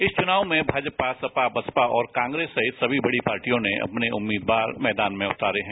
इस चुनाव में भाजपा सपा बसपा और कांग्रेस सहित सभी बड़ पार्टियों ने अपने उम्मीदवार मैदान में उतारे है